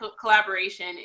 collaboration